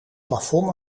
plafond